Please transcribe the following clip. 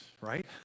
right